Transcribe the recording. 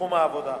בתחום העבודה.